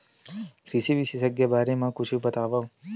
कृषि विशेषज्ञ के बारे मा कुछु बतावव?